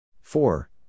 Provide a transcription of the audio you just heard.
Four